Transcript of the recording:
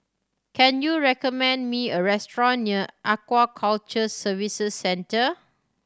can you recommend me a restaurant near Aquaculture Services Centre